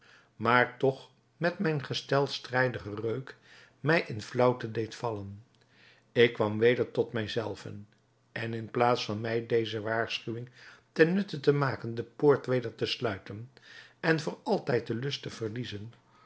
maar toch met mijn gestel strijdige reuk mij in flauwte deed vallen ik kwam weder tot mij zelven en in plaats van mij deze waarschuwing ten nutte te maken de poort weder te sluiten en voor altijd den lust te verliezen